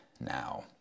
now